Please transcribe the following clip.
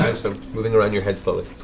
so moving around your head slowly.